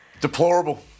Deplorable